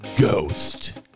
Ghost